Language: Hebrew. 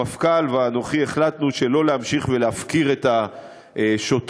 המפכ"ל ואנוכי החלטנו שלא להמשיך להפקיר את השוטרים,